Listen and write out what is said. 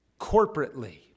corporately